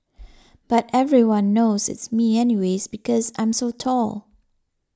but everyone knows it's me anyways because I'm so tall